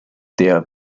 der